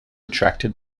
attracted